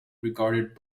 regarded